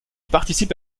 participe